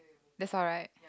that's all right